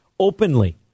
Openly